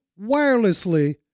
wirelessly